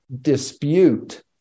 dispute